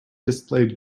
displayed